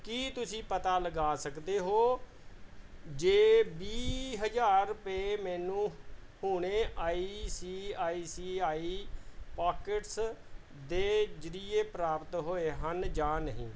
ਕੀ ਤੁਸੀਂਂ ਪਤਾ ਲਗਾ ਸਕਦੇ ਹੋ ਜੇ ਵੀਹ ਹਜ਼ਾਰ ਰੁਪਏ ਮੈਨੂੰ ਹੁਣੇ I C I C I pockets ਦੇ ਜ਼ਰੀਏ ਪ੍ਰਾਪਤ ਹੋਏ ਹਨ ਜਾਂ ਨਹੀਂ